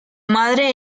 madre